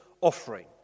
offering